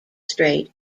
strait